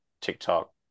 TikTok